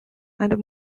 and